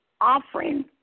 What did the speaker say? offering